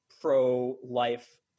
pro-life